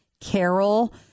Carol